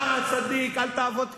אתה צדיק, אל תעבוד קשה.